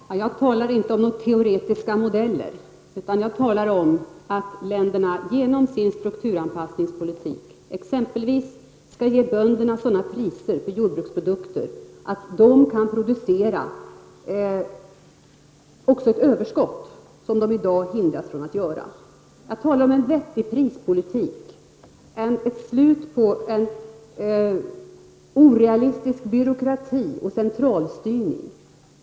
Herr talman! Jag talar inte om teoretiska modeller, utan jag talar om att länderna genom sin strukturanpassningspolitik exempelvis skall ge bönderna sådana priser för jordbruksprodukter att de kan producera också ett överskott, vilket de i dag hindras från att göra. Jag talar om en vettig prispolitik, ett slut på en orealistisk byråkrati och centralstyrning.